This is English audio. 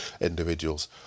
individuals